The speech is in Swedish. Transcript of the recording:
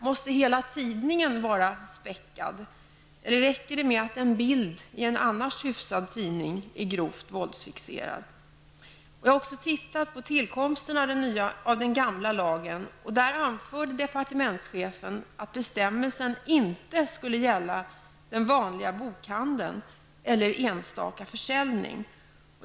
Måste hela tidningen vara späckad, eller räcker det med att en bild i en annars hyfsad tidning är grovt våldsfixerad? Jag har också tittat på tillkomsten av den gamla lagen. I förarbetena anför departementschefen att bestämmelsen inte skulle gälla den vanliga bokhandeln eller enstaka försäljning.